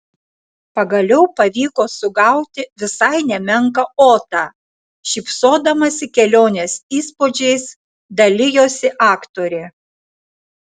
pagaliau pavyko sugauti visai nemenką otą šypsodamasi kelionės įspūdžiais dalijosi aktorė